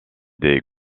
des